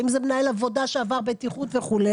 אם זה מנהל עבודה שעבר בטיחות וכו',